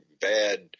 bad